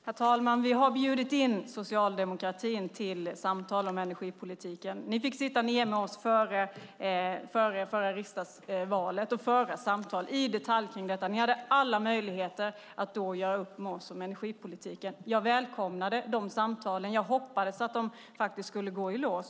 Herr talman! Vi har bjudit in socialdemokratin till samtal om energipolitiken. Ni fick sitta ned med oss före förra riksdagsvalet och föra samtal i detalj kring detta. Ni hade alla möjligheter att då göra upp med oss om energipolitiken. Jag välkomnade de samtalen. Jag hoppades att de skulle i lås.